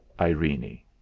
Irene